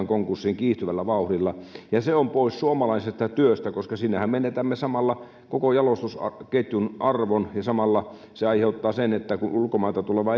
konkurssiin kiihtyvällä vauhdilla se on pois suomalaisesta työstä koska siinähän menetämme samalla koko jalostusketjun arvon ja samalla se aiheuttaa sen että kun ulkomailta tuleva